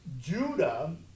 Judah